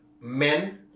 men